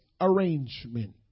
arrangement